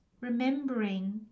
remembering